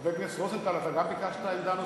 חבר הכנסת רוזנטל, גם אתה ביקשת עמדה נוספת?